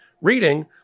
reading